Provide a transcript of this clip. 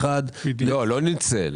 זה לא שהוא לא ניצל.